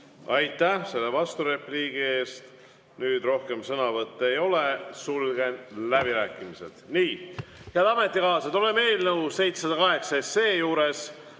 Aitäh selle vasturepliigi eest! Rohkem sõnavõtte ei ole, sulgen läbirääkimised. Nii, head ametikaaslased, oleme eelnõu 708 juures